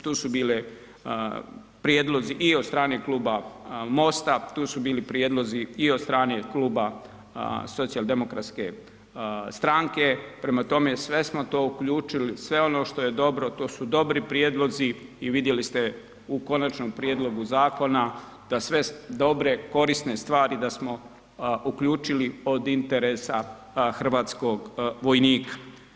Tu su bili prijedlozi i od strane MOST-a, tu su bili prijedlozi i od strane kluba SDP-a prema tome sve smo to uključili, sve ono što je dobro, to su dobri prijedlozi i vidjeli ste u konačnom prijedlogu zakona da sve dobre, korisne stvari da smo uključili od interesa hrvatskog vojnika.